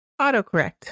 autocorrect